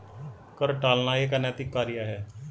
कर टालना एक अनैतिक कार्य है